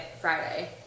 Friday